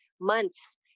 months